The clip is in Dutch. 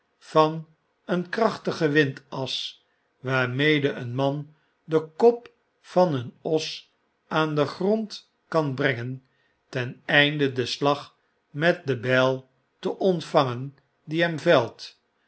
van een krachtige windas waarmede een man den kop van een os aan den grond kan brengen ten einde den slag met de bylteontvangen die hem